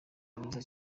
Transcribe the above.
mwiza